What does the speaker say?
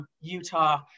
Utah